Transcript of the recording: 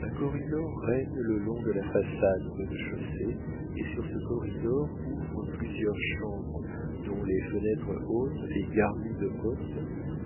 un corridor règne le long de la façade au rez-de-chaussée et sur ce corridor ouvrent plusieurs chambres dont les fenêtres hautes et garnies de hottes